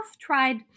tried